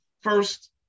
First